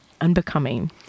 Unbecoming